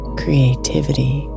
creativity